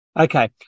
Okay